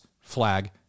flag